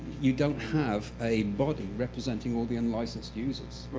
you don't have a body representing all the unlicensed users.